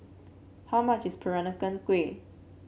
how much is Peranakan Kueh